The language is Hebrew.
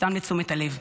סתם לתשומת הלב.